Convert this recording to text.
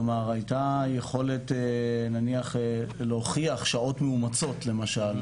כלומר הייתה יכולת נניח להוכיח שעות מאומצות למשל,